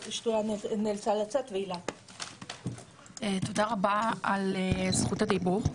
תודה רבה על זכות הדיבור.